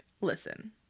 listen